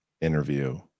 interview